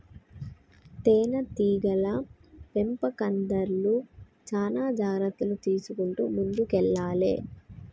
తేనె టీగల పెంపకందార్లు చానా జాగ్రత్తలు తీసుకుంటూ ముందుకెల్లాలే